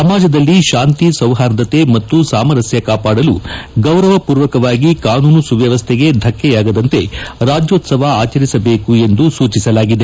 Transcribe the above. ಸಮಾಜದಲ್ಲಿ ಶಾಂತಿ ಸೌಹಾರ್ದತೆ ಮತ್ತು ಸಾಮರಸ್ಥ ಕಾಪಾಡಲು ಗೌರವ ಪೂರಕವಾಗಿ ಕಾನೂನು ಸುವ್ವವಶ್ವೆಗೆ ಧಕ್ಕೆಯಾಗದಂತೆ ರಾಜ್ಯೋತ್ಸವ ಆಚರಿಸಬೇಕು ಎಂದು ಸೂಚಿಸಲಾಗಿದೆ